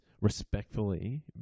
respectfully